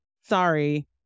sorry